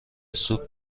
سوپ